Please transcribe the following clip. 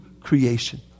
creation